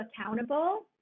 accountable